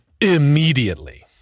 immediately